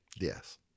Yes